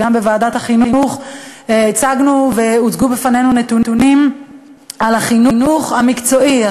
בוועדת החינוך הצגנו והוצגו בפנינו נתונים על החינוך המקצועי,